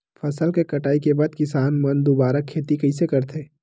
फसल के कटाई के बाद किसान मन दुबारा खेती कइसे करथे?